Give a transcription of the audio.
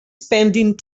spending